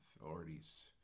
authorities